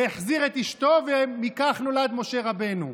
החזיר את אשתו וכך נולד משה רבנו.